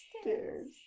Stairs